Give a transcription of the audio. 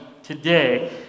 today